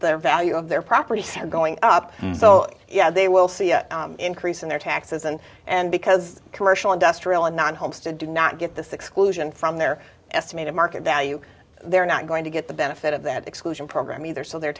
the value of their property going up so yeah they will see the increase in their taxes and and because commercial industrial and non homes to do not get this exclusion from their estimated market value they're not going to get the benefit of that exclusion program either so their